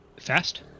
fast